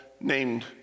named